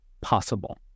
possible